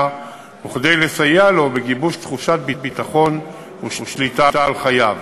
וכדי לסייע לו בגיבוש תחושת ביטחון ושליטה על חייו